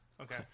Okay